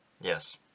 Yes